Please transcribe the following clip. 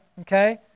okay